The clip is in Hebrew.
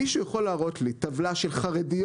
מישהו שיכול להראות לי טבלה של חרדיות